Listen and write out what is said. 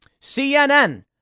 CNN